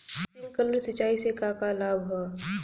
Sprinkler सिंचाई से का का लाभ ह?